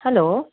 hello